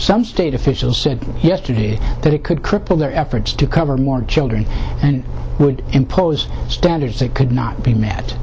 some state officials said yesterday that it could cripple their efforts to cover more children and would impose standards that could not be m